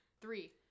three